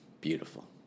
beautiful